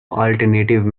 alternative